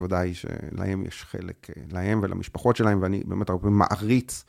עבודה היא שלהם יש חלק להם ולמשפחות שלהם ואני באמת הרבה מעריץ.